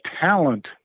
talent